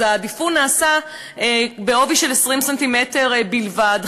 הדיפון נעשה בעובי של 20 סנטימטר בלבד,